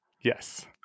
Yes